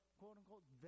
quote-unquote